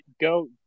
go